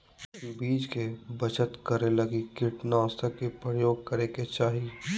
बीज के बचत करै लगी कीटनाशक के प्रयोग करै के चाही